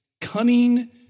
cunning